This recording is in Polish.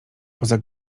poza